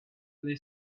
lay